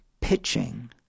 pitching